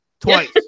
twice